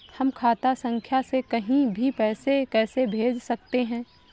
हम खाता संख्या से कहीं भी पैसे कैसे भेज सकते हैं?